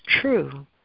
true